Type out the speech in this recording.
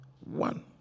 One